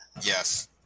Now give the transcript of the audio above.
Yes